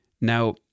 Now